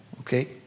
Okay